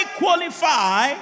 qualify